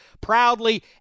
proudly